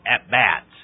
at-bats